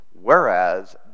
Whereas